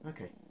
Okay